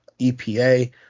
EPA